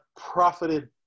profited